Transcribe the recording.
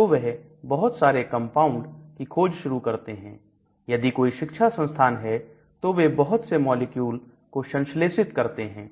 तो वह बहुत सारे कंपाउंड की खोज शुरू करते हैं यदि कोई शिक्षा संस्थान है तो वे बहुत से मॉलिक्यूल को संश्लेषित करते हैं